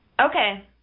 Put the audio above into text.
okay